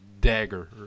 dagger